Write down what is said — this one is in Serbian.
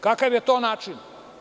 Kakav je to način?